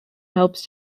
helps